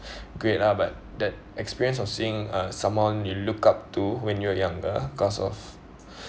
great lah but that experience of seeing uh someone you looked up to when you were younger cause of